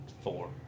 Four